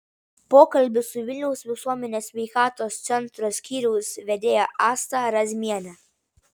pokalbis su vilniaus visuomenės sveikatos centro skyriaus vedėja asta razmiene